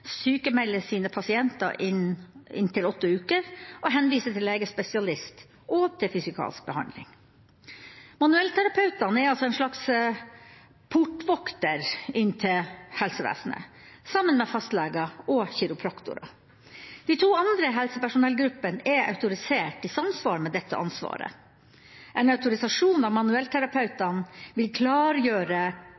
sine pasienter i inntil åtte uker, henvise til legespesialist og til fysikalsk behandling. Manuellterapeuter er altså en slags portvoktere i helsevesenet, sammen med fastleger og kiropraktorer. De to andre helsepersonellgruppene er autorisert i samsvar med dette ansvaret. En autorisasjon av manuellterapeutene vil klargjøre